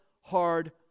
hard